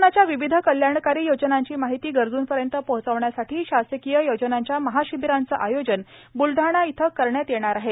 शासनाच्या विविध कल्याणकारी योजनांची माहिती गरजुंपर्यंत पोहोचवण्यासाठी शासकीय योजनांच्या महाशिबिराचे आयोजन ब्लढाणा इथं करण्यात येणार आहे